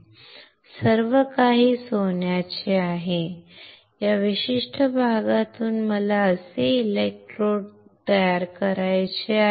सर्व काही सोन्याचे आहे या विशिष्ट भागातून मला असे इलेक्ट्रोड तयार करायचे आहेत